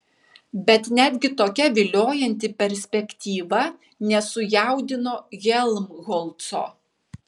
bet netgi tokia viliojanti perspektyva nesujaudino helmholco